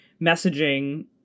messaging